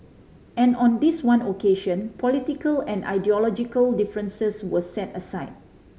and on this one occasion political and ideological differences were set aside